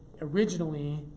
originally